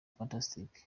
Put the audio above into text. fantastic